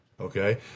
Okay